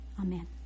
Amen